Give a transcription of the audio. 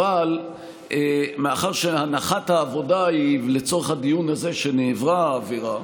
אבל מאחר שהנחת העבודה לצורך הדיון הזה היא שנעברה עבירה,